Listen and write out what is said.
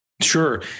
Sure